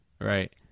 Right